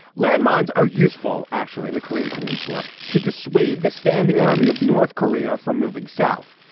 landmines are useful, actually, in the korean peninsula to dissuade the standing army of north korea from moving south.